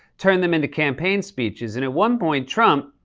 turned them into campaign speeches, and at one point, trump,